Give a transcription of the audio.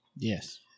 Yes